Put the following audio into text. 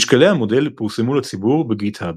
משקלי המודל פורסמו לציבור ב־GitHub.